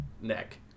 neck